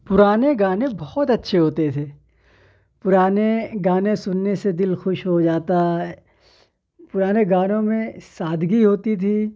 پرانے گانے بہت اچھے ہوتے تھے پرانے گانے سننے سے دل خوش ہو جاتا پرانے گانوں میں سادگی ہوتی تھی